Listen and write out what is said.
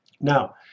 Now